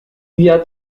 via